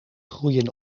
groeien